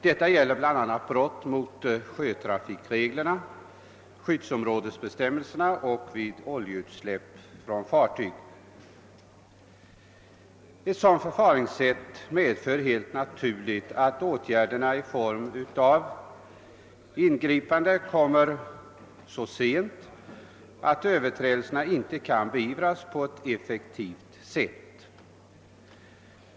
Detta gäller bl.a. brott mot sjötrafikreglerna och mot skyddsområdesbestämmelserna samt vid oljeutsläpp från fartyg. Ett sådant förfaringssätt medför helt naturligt att åtgärder i form av ingripande kommer så sent, att överträdelserna inte kan beivras på ett effektivt sätt.